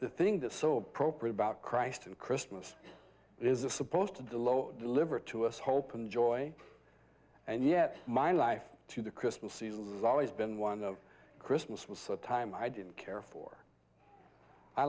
the thing that's so appropriate about christ and christmas is a supposed to do low deliver to us hope and joy and yet my life to the christmas season has always been one of christmas was a time i didn't care for i